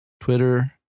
Twitter